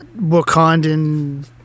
wakandan